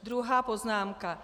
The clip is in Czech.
Druhá poznámka.